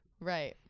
right